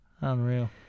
Unreal